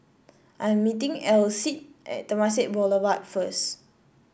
I am meeting Alcide at Temasek Boulevard first